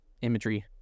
imagery